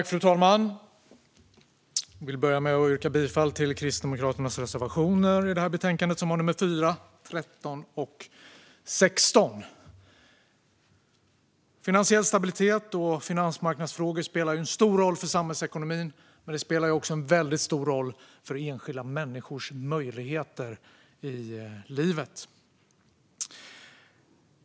Fru talman! Jag vill börja med att yrka bifall till Kristdemokraternas reservationer i det här betänkandet med nummer 4, 13 och 16. Finansiell stabilitet och finansmarknadsfrågor spelar en stor roll för samhällsekonomin, men de spelar också en väldigt stor roll för enskilda människors möjligheter i livet.